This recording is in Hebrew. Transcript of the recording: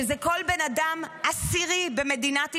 לכל בן אדם עשירי במדינת ישראל,